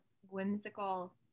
whimsical